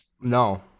no